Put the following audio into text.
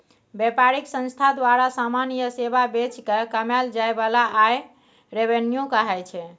बेपारिक संस्था द्वारा समान या सेबा बेचि केँ कमाएल जाइ बला आय रेवेन्यू कहाइ छै